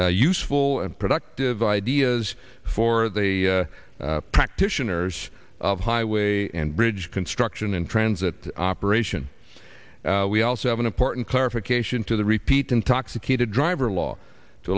a useful and productive ideas for the practitioners of highway and bridge construction and transit operation we also have an important clarification to the repeat intoxicated driver law to